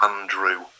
Andrew